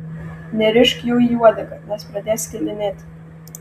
nerišk jų į uodegą nes pradės skilinėti